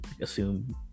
assume